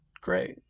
great